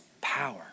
power